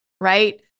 right